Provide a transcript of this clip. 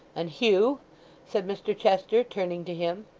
and hugh said mr chester, turning to him.